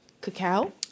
cacao